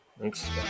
Thanks